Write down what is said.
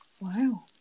Wow